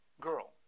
girl